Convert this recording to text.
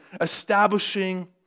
establishing